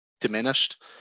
diminished